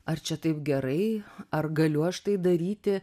ar čia taip gerai ar galiu aš tai daryti